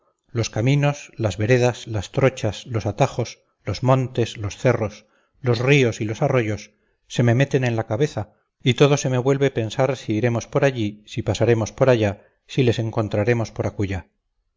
los caminos las veredas las trochas los atajos los montes los cerros los ríos y los arroyos se me meten en la cabeza y todo se me vuelve pensar si iremos por allí si pasaremos por allá si les encontraremos por acullá